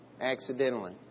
accidentally